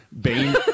Bane